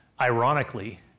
ironically